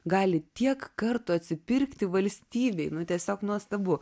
gali tiek kartų atsipirkti valstybei nu tiesiog nuostabu